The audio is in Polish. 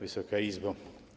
Wysoka Izbo!